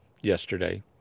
yesterday